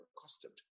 accustomed